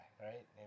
right